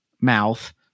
mouth